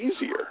easier